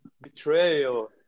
Betrayal